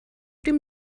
dem